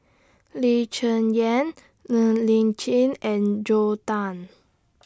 Lee Cheng Yan Ng Li Chin and Joel Tan